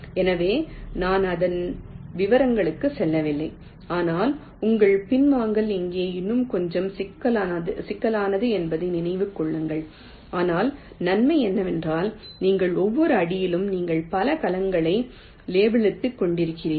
எனவே நான் அதன் விவரங்களுக்குச் செல்லவில்லை ஆனால் உங்கள் பின்வாங்கல் இங்கே இன்னும் கொஞ்சம் சிக்கலானது என்பதை நினைவில் கொள்ளுங்கள் ஆனால் நன்மை என்னவென்றால் நீங்கள் ஒவ்வொரு அடியிலும் நீங்கள் பல கலங்களை லேபிளித்துக் கொண்டிருக்கிறீர்கள்